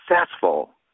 successful